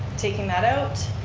taking that out.